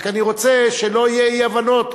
אני רק רוצה שלא יהיו אי-הבנות.